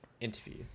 interview